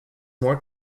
more